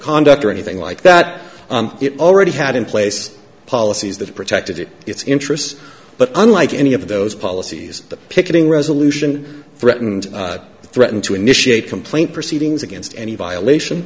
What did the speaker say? conduct or anything like that it already had in place policies that protected its interests but unlike any of those policies that picketing resolution threatened to threaten to initiate complaint proceedings against any violation